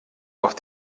auf